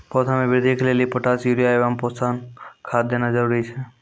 पौधा मे बृद्धि के लेली पोटास यूरिया एवं पोषण खाद देना जरूरी छै?